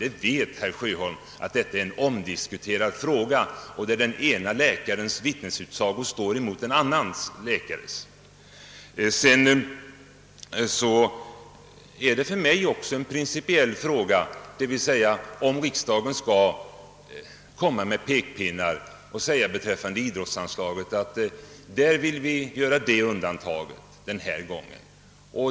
Herr Sjöholm vet ju att detta är en omdiskuterad fråga och att den ene läkarens vittnesutsaga står mot den andres. För mig är det också en principiell fråga om riksdagen skall hålla fram pekpinnar beträffande idrottsanslaget och säga: Beträffande boxningen vill vi göra ett undantag denna gång.